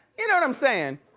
you know what i'm saying?